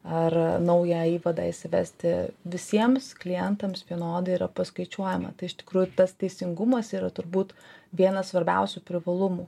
ar naują įvadą įsivesti visiems klientams vienodai yra paskaičiuojama tai iš tikrųjų tas teisingumas yra turbūt vienas svarbiausių privalumų